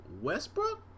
Westbrook